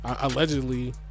allegedly